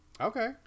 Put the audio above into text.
Okay